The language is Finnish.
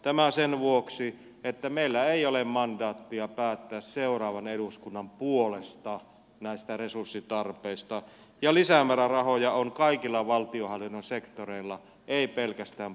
tämä sen vuoksi että meillä ei ole mandaattia päättää seuraavan eduskunnan puolesta näistä resurssitarpeista ja lisämäärärahoja on kaikilla valtionhallinnon sektoreilla ei pelkästään puolustusvoimissa